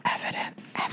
evidence